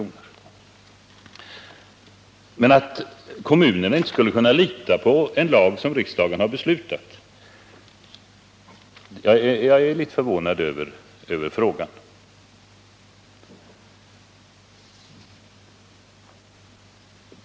Jag är litet förvånad över Karl-Erik Svartbergs fråga, därför att den utgår från att kommunerna inte skulle kunna lita på en lag som riksdagen har fattat beslut om.